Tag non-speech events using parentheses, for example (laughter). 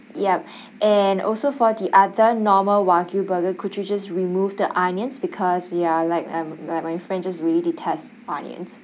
yup (breath) and also for the other normal wagyu burger could you just remove the onions because we are like um like my friend just really detest onions